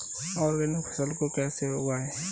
Organic फसल को कैसे उगाएँ?